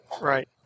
Right